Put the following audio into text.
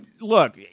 Look